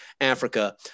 Africa